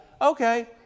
okay